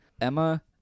Emma